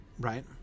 Right